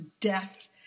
death